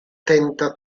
tenta